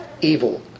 evil